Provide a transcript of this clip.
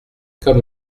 comme